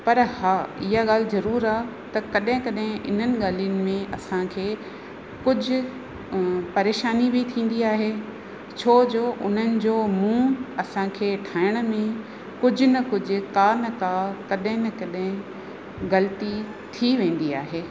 पर हा इहा ॻाल्हि ज़रूर आहे त कॾहिं कॾहिं इन्हनि ॻाल्हियुनि में असांखे कुझु परेशानी बि थींदी आहे छो जो उन्हनि जो मुंहुं असांखे ठाहिण में कुझु न कुझु का न का कॾहिं न कॾहिं ग़लती थी वेंदी आहे